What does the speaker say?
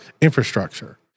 infrastructure